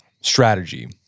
strategy